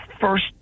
first